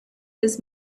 his